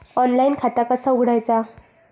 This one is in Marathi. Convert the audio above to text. ऑनलाइन खाता कसा उघडायचा?